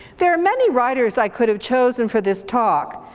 there are many writers i could have chosen for this talk,